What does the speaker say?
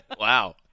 Wow